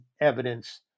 evidence